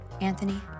Anthony